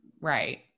right